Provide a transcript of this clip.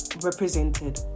represented